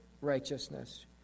righteousness